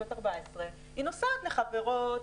היא בת 14 והיא נוסעת לחברות,